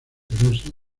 enterarse